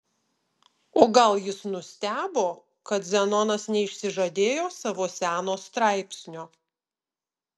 o gal jis nustebo kad zenonas neišsižadėjo savo seno straipsnio